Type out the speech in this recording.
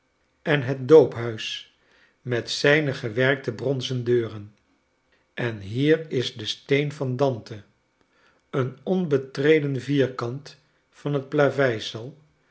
en het doophuis met zijne gewerkte bronzen deuren en hier is de steen van dante een onbetreden vierkant van het